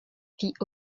fit